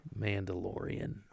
mandalorian